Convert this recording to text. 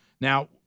Now